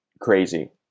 crazy